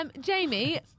Jamie